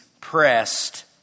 pressed